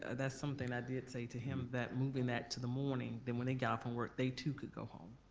ah that's something i did say to him that moving that to the morning, then when they get off from work they too could go home.